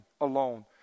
alone